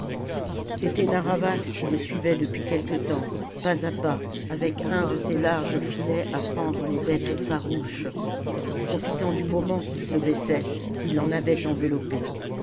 c'était narr'havas qui le suivait depuis quelque temps pas à pas avec un de ces larges filets à prendre les bêtes farouches profitant du moment qu'il se baissait il l'en avait enveloppé